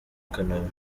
kanombe